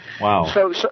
Wow